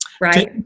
right